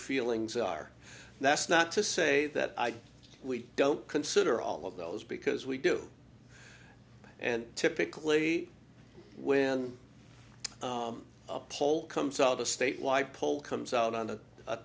feelings are that's not to say that i we don't consider all of those because we do and typically when a poll comes out a statewide poll comes out on